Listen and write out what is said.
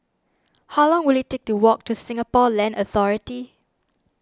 how long will it take to walk to Singapore Land Authority